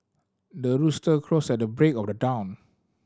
the rooster crows at the break of the dawn